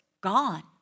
gone